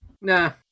Nah